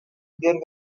there